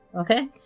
okay